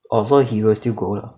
orh so he will still go lah